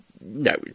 No